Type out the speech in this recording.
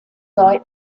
die